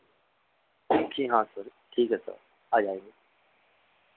जी हाँ सर ठीक है सर आ जाएँगे